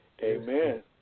Amen